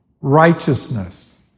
righteousness